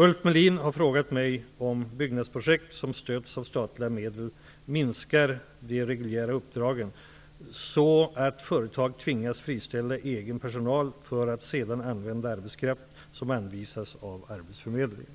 Ulf Melin har frågat mig om byggnadsprojekt som stöds av statliga medel minskar de reguljära uppdragen så att företag tvingas friställa egen personal för att sedan använda arbetskraft som anvisas av arbetsförmedlingen.